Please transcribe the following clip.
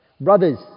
Brothers